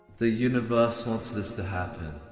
the universe wants this to happen.